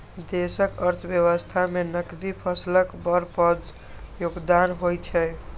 देशक अर्थव्यवस्था मे नकदी फसलक बड़ पैघ योगदान होइ छै